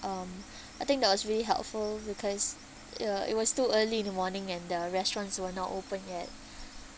um I think that was really helpful because it uh it was still early in the morning and the restaurants were not open yet